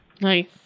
Nice